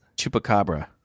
Chupacabra